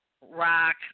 rock